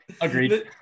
Agreed